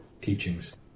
teachings